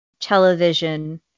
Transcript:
television